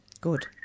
Good